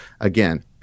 again